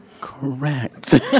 Correct